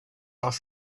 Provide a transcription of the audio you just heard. off